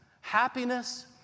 happiness